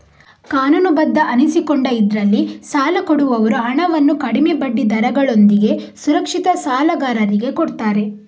ಕಾನೂನುಬದ್ಧ ಅನಿಸಿಕೊಂಡ ಇದ್ರಲ್ಲಿ ಸಾಲ ಕೊಡುವವರು ಹಣವನ್ನು ಕಡಿಮೆ ಬಡ್ಡಿ ದರಗಳೊಂದಿಗೆ ಸುರಕ್ಷಿತ ಸಾಲಗಾರರಿಗೆ ಕೊಡ್ತಾರೆ